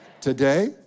Today